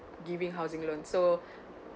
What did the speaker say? giving housing loan so